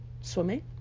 swimming